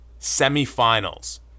semifinals